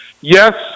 Yes